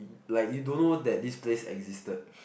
like you don't know that this place existed